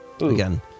again